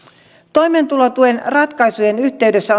toimeentulotuen ratkaisujen yhteydessä